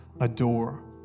adore